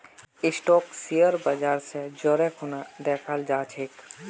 stock share बाजर स जोरे खूना दखाल जा छेक